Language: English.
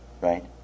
right